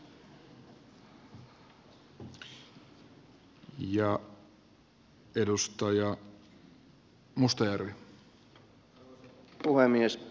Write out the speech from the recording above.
arvoisa puhemies